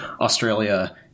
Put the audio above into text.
Australia